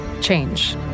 change